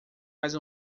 mais